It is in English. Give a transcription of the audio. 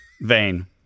Vain